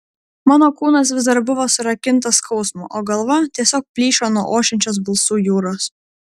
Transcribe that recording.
mano kūnas vis dar buvo surakintas skausmo o galva tiesiog plyšo nuo ošiančios balsų jūros